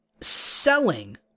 selling